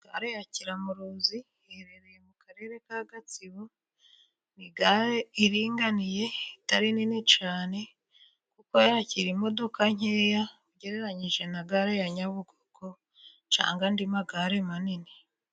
Gare ya kiramuruzi iherereye mu karere ka gatsibo, ni gare iringaniye itari nini cyane, kuko yakira imodoka nkeya, ugereranyije na gare ya nyabugogo cyangwa nandi magare manini.